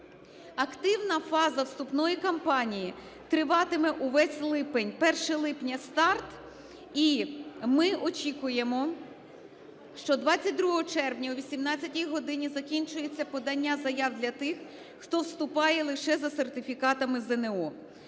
Активна фаза вступної кампанії триватиме увесь липень, 1 липня – старт. І ми очікуємо, що 22 червня о 18 годині закінчується подання заяв для тих, хто вступає лише за сертифікатами ЗНО.